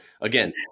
again